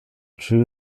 true